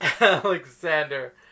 Alexander